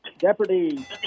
Jeopardy